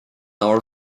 are